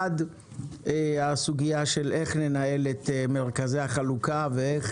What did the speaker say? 1. הסוגיה של איך לנהל את מרכזי החלוקה ואיך